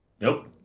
Nope